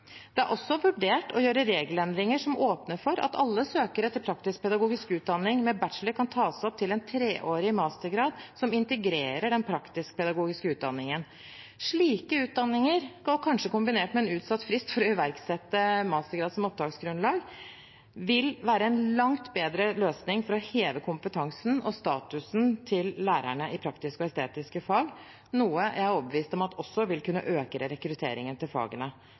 Det er også vurdert å gjøre regelendringer som åpner for at alle søkere til praktisk-pedagogisk utdanning med bachelor kan tas opp til en treårig mastergrad som integrerer den praktisk-pedagogiske utdanningen. Slike utdanninger, kanskje kombinert med en utsatt frist for å iverksette mastergrad som opptaksgrunnlag, vil være en langt bedre løsning for å heve kompetansen og statusen til lærerne i praktiske og estetiske fag, noe jeg er overbevist om også vil kunne øke rekrutteringen til fagene